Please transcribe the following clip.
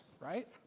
right